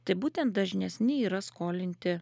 tai būtent dažnesni yra skolinti